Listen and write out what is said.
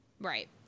Right